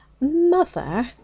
Mother